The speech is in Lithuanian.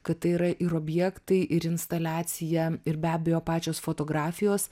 kad tai yra ir objektai ir instaliacija ir be abejo pačios fotografijos